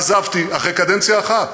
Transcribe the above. עזבתי אחרי קדנציה אחת.